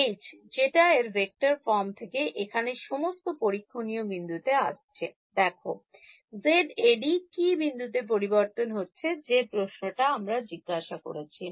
H যেটা এর vector form থেকে এখানে সমস্ত পরীক্ষণীয় বিন্দুতে আসছে দেখো ZAd কি বিন্দুতে পরিবর্তিত হচ্ছে যে প্রশ্নটা আমরা জিজ্ঞাসা করেছি